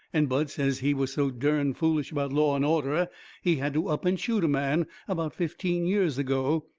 and bud says he was so dern foolish about law and order he had to up and shoot a man, about fifteen years ago,